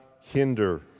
hinder